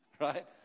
right